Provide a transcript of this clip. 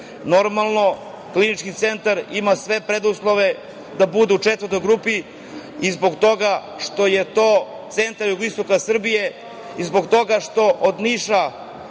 operacije. Normalno, Klinički centar ima sve preduslove da bude u četvrtoj grupi i zbog toga što je to centar jugoistoka Srbije i zbog toga što od Niša